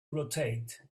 rotate